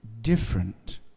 different